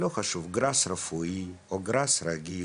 לא משנה אם גראס רפואי או גראס רגיל,